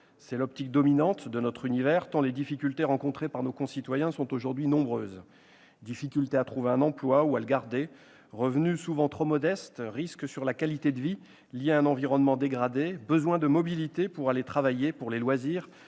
C'est l'optique dominante de notre univers, tant les difficultés rencontrées par nos concitoyens sont aujourd'hui nombreuses : difficultés à trouver un emploi ou à le garder, revenus souvent trop modestes, risques pesant sur la qualité de vie en raison d'un environnement dégradé, besoins de mobilité pour travailler ou pour les loisirs